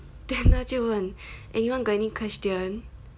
then 他就问 anyone got any question